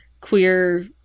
queer